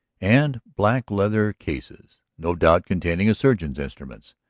and black leather cases, no doubt containing a surgeon's instruments.